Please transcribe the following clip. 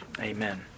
amen